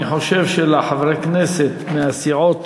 אני חושב שחברי הכנסת מהסיעות